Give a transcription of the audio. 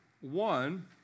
One